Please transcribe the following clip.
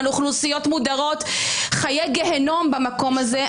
על אוכלוסיות מודרות חיי גיהינום במקום הזה.